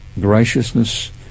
graciousness